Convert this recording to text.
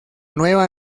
nueva